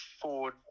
Ford